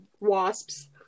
wasps